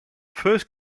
first